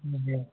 जी